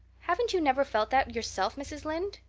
haven't you never felt that yourself, mrs. lynde?